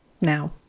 now